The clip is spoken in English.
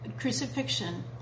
crucifixion